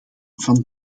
van